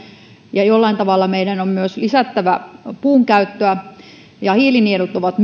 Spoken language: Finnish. ja jollain tavalla meidän on myös lisättävä puunkäyttöä mutta myös hiilinielut ovat